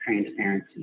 transparency